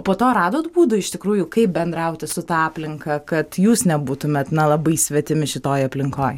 po to radot būdų iš tikrųjų kaip bendrauti su ta aplinka kad jūs nebūtumėt na labai svetimi šitoj aplinkoj